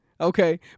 Okay